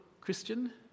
Christian